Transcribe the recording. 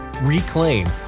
reclaim